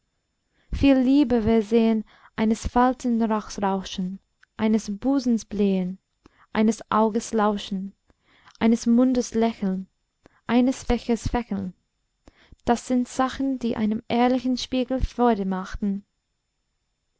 viel lieber wir sähen eines faltenrocks rauschen eines busens blähen eines auges lauschen eines mundes lächeln eines fächers fächeln das sind sachen die einem ehrlichen spiegel freude machen